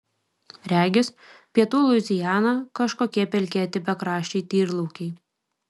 regis pietų luiziana kažkokie pelkėti bekraščiai tyrlaukiai